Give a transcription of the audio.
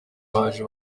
baje